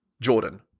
Jordan